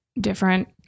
different